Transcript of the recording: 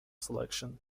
selection